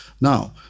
Now